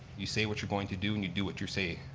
you say what you're going to do and you do what you say.